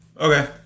Okay